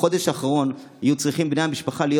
בחודש האחרון היו צריכים בני המשפחה להיות